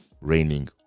raining